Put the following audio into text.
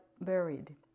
buried